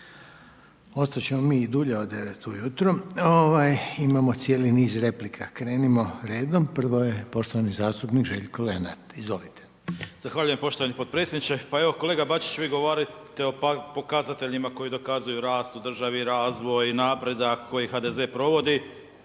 Ostati ćemo mi i dulje od 9 ujutro. Imamo cijeli niz replika. Krenimo redom, prvo je poštovani zastupnik Željko Lenart, izvolite. **Lenart, Željko (HSS)** Zahvaljujem poštovani potpredsjedniče. Kolega Bačić, vi govorite o pokazateljima, koji dokazuju rast u državi, razvoj, napredak koji HDZ provodi,